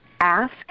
ask